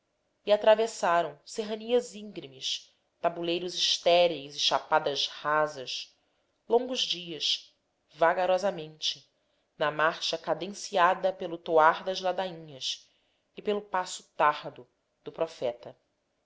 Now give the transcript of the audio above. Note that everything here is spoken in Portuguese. e atravessaram serranias íngremes tabuleiros estéreis e chapadas rasas longos dias vagarosamente na marcha cadenciada pelo toar das ladainhas e pelo passo tardo do profeta